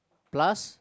plus